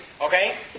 okay